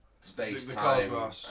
space-time